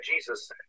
Jesus